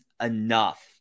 enough